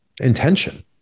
intention